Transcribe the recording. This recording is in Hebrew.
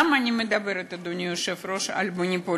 למה אני מדברת, אדוני היושב-ראש, על מניפולציה?